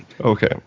Okay